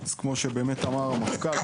אז כמו שאמר המפכ"ל,